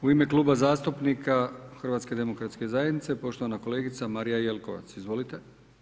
U ime Kluba zastupnika HDZ-a poštovana kolegica Marija Jelkovac, izvolite.